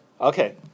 Okay